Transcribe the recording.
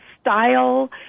style